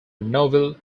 novel